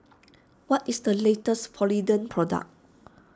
what is the latest Polident Product